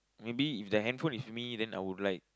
maybe if the handphone with me then I would like